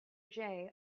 jay